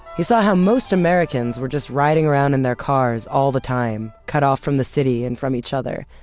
he saw how most americans were just riding around in their cars all the time, cut off from the city and from each other.